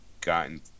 gotten